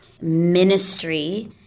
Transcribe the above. ministry